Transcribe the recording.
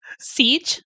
Siege